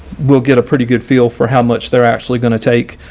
we'll get a pretty good feel for how much they're actually going to take.